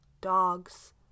dogs